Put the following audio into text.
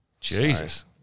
Jesus